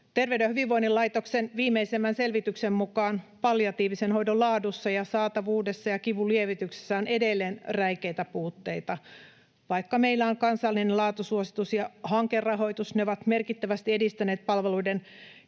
Terveyden ja hyvinvoinnin laitoksen viimeisimmän selvityksen mukaan palliatiivisen hoidon laadussa ja saatavuudessa ja kivunlievityksessä on edelleen räikeitä puutteita. Vaikka meillä on kansallinen laatusuositus ja hankerahoitus ja ne ovat merkittävästi edistäneet palveluiden kehittämistä,